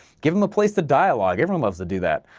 give em a place to dialogue, everyone loves to do that,